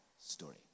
story